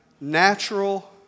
natural